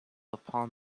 upon